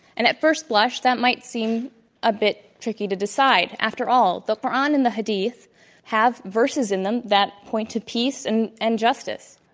and at first blush, that might seem a bit tricky to decide. after all, the koran and the hadith have verses in them that point to peace and and justice